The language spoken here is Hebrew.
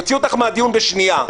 יוציאו אותך מהדיון בשנייה.